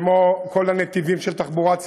כמו כל הנתיבים של תחבורה ציבורית,